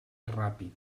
ràpid